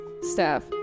staff